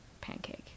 pancake